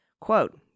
Quote